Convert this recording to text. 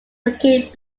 located